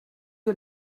que